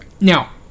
Now